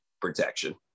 protection